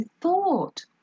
thought